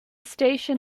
station